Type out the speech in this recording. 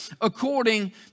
according